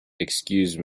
excuse